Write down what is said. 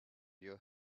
your